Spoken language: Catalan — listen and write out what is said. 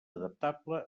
adaptable